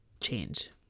change